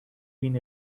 been